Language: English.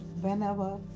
Whenever